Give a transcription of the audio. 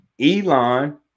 Elon